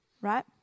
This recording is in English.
Right